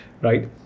right